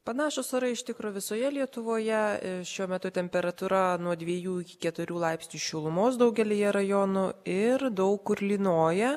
panašūs orai iš tikro visoje lietuvoje šiuo metu temperatūra nuo dviejų iki keturių laipsnių šilumos daugelyje rajonų ir daug kur lynoja